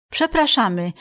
Przepraszamy